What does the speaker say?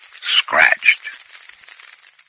Scratched